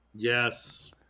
Yes